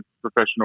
professional